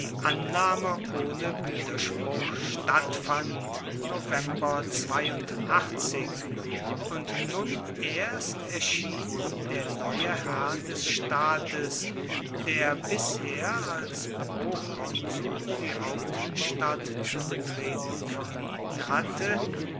annahme ohne widerspruch stattfand und nun erst erschien der neue herr des staates der bisher als prokonsul die hauptstadt zu betreten vermieden hatte